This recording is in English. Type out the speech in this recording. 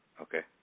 Okay